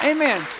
Amen